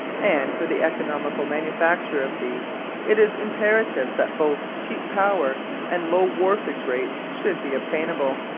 and for the economical manufacture of these it is imperative that both cheap power and low wharfage rates should be obtainable.